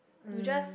you just